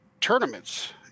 tournaments